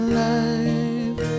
life